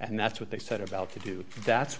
and that's what they set about to do that's